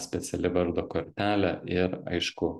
speciali vardo kortelė ir aišku